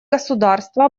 государства